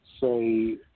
say